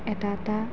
এটা এটা